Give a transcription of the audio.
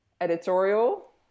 Editorial